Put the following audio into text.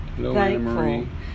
thankful